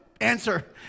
answer